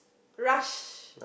rush